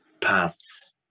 paths